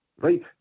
right